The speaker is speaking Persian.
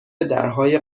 درهای